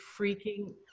freaking